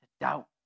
doubt